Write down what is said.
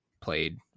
played